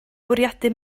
bwriadu